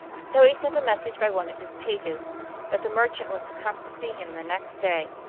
so he sent a message by one of his pages that the merchant was to come to see him the next day,